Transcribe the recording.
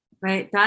right